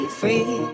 free